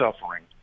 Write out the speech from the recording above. suffering